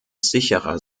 sicherer